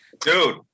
dude